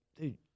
dude